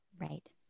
Right